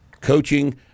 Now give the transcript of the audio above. coaching